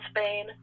Spain